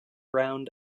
round